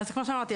אז כמו שאמרתי,